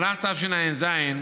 בשנת תשע"ז,